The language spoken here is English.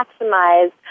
maximize